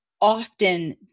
often